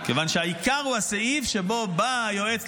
כיוון שהעיקר הוא הסעיף שבו באה היועצת